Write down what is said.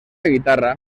guitarra